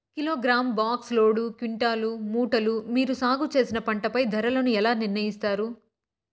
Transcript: Kilogram, box, load, quintal, మూటలు మీరు సాగు చేసిన పంటపై ధరలను ఎలా నిర్ణయిస్తారు యిస్తారు?